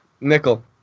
nickel